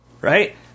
Right